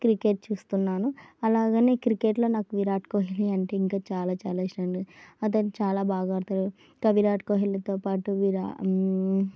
cricket చూస్తున్నాను అలాగే క్రికెట్లో నాకు విరాట్ కోహ్లీ అంటే ఇంకా చాలా చాలా ఇష్టమండి అతను చాలా బాగా ఆడతారు ఇంకా విరాట్ కోహ్లీతో పాటు విరా